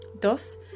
Thus